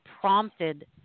prompted